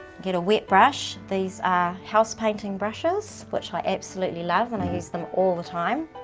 get a wet brush, these are house painting brushes, which i absolutely love and i use them all the time.